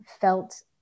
felt